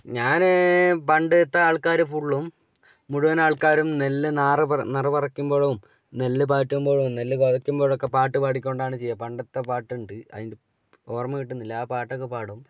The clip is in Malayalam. ഞാൻ പണ്ടത്തെ ആൾക്കാർ ഫുള്ളും മുഴുവൻ ആൾക്കാരും നെല്ല് ഞാറ് പറ നിറ പറിക്കുമ്പോഴും നെല്ല് പാറ്റുമ്പോഴും നെല്ല് വിതയ്ക്കുമ്പോഴൊക്കെ പാട്ട് പാടിക്കൊണ്ടാണ് ചെയ്യുക പണ്ടത്തെ പാട്ടുണ്ട് അതിൻ്റെ ഓർമ്മകിട്ടുന്നില്ല ആ പാട്ടൊക്കെ പാടും